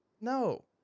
no